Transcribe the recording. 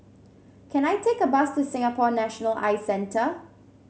can I take a bus to Singapore National Eye Centre